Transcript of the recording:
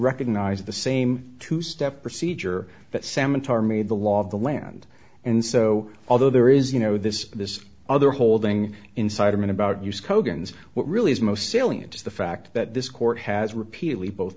recognize the same two step procedure but samatar made the law of the land and so although there is you know this this other holding inside him in about use kogan is what really is most salient is the fact that this court has repeatedly both